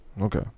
Okay